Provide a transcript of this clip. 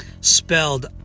Spelled